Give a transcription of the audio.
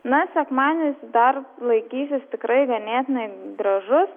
na sekmadienis dar laikysis tikrai ganėtinai gražus